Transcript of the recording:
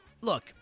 look